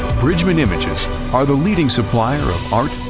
bridgeman images are the leading supplier of art,